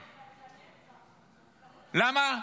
למה?